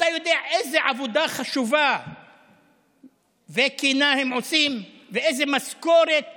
אתה יודע איזו עבודה חשובה וכנה הם עושים ואיזו משכורת